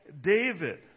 David